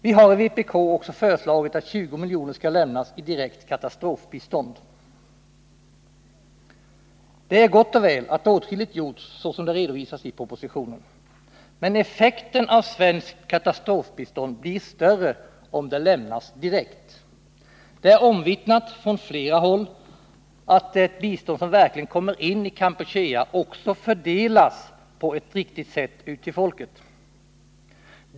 Vi har i vpk också föreslagit att 20 miljoner skall lämnas i direkt katastrofbistånd. Det är gott och väl att åtskilligt gjorts, såsom det redovisats i propositionen. Men effekten av svenskt katastrofbistånd blir större, om det lämnas direkt. Det är omvittnat från flera håll att det bistånd som verkligen kommer in i Kampuchea också fördelas på ett riktigt sätt ut till folket.